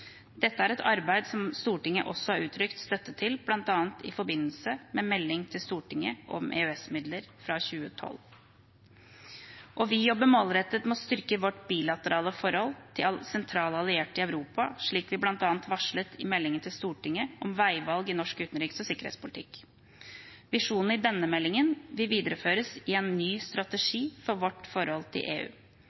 Dette er et arbeid som Stortinget også har uttrykt støtte til, bl.a. i forbindelse med melding til Stortinget om EØS-midlene fra 2012. Vi jobber målrettet for å styrke vårt bilaterale forhold til sentrale allierte i Europa, slik vi bl.a. varslet i meldingen til Stortinget om veivalg i norsk utenriks- og sikkerhetspolitikk. Visjonene i denne meldingen vil videreføres i en ny strategi for vårt forhold til EU.